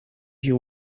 you